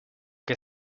que